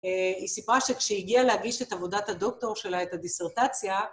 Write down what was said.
אה... היא סיפרה שכשהגיעה להגיש את עבודת הדוקטור שלה, את הדיסרטציה...